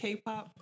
K-pop